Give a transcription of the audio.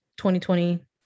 2020